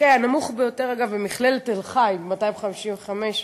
הנמוך ביותר, אגב, במכללת תל-חי, 255 ש"ח.